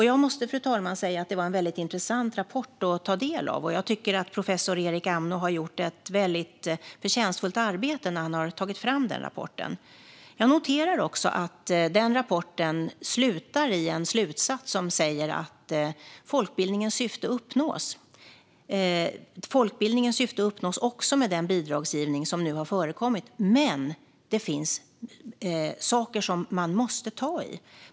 Jag måste säga att det var en intressant rapport att ta del av, fru talman. Professor Erik Amnå har gjort ett förtjänstfullt arbete när han har tagit fram den. Jag noterar också att rapporten slutar i en slutsats om att folkbildningens syfte uppnås, också med den bidragsgivning som nu har förekommit. Men det finns saker som man måste ta tag i.